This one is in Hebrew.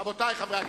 עוד מעט אחד באפריל.